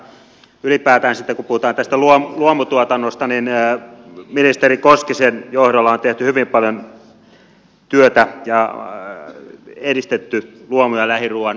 ylipäätään sitten kun puhutaan tästä luomutuotannosta niin ministeri koskisen johdolla on tehty hyvin paljon työtä ja edistetty luomu ja lähiruuan tuotantoa